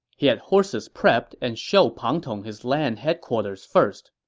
he had horses prepped and showed pang tong his land headquarters first.